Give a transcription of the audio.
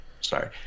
sorry